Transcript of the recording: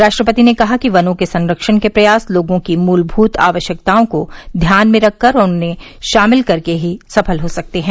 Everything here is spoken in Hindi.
राष्ट्रपति ने कहा कि वनों के संख्यण के प्रयास लोगों की मूलमूत आवश्यकताओं को ध्यान में रखकर और उन्हें शामिल करके ही सफल हो सकते हैं